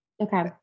Okay